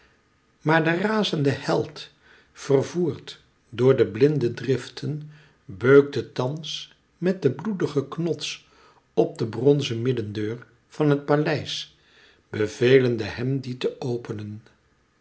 maar de razende held vervoerd door de blinde driften beukte thans met den bloedigen knots op de bronzen middendeur van het paleis bevelende hem die te openen